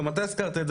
גם אתה הזכרת את זה,